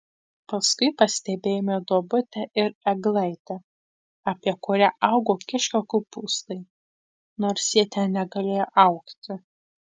paskui pastebėjome duobutę ir eglaitę apie kurią augo kiškio kopūstai nors jie ten negalėjo augti